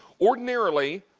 ordinarily,